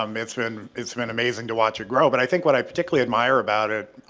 um it's been it's been amazing to watch it grow but i think what i particularly admire about it,